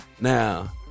Now